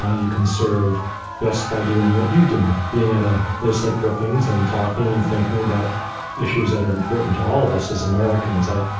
ah you can serve just by doing what do you do, being at a place like brookings and talking and thinking about issues that are important to all of us as americans. i,